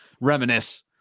Reminisce